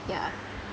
yeah